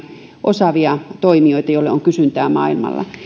osaavia toimijoita joille on kysyntää maailmalla ongelma